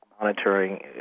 Monitoring